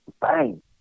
Bang